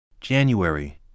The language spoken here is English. January